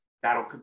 That'll